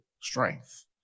strength